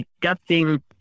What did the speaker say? discussing